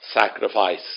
sacrifice